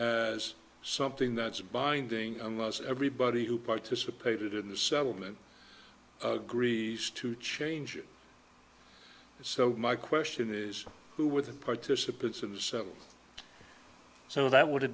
as something that's binding unless everybody who participated in the settlement agrees to change it so my question is who were the participants of the seven so that would have